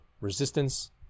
resistance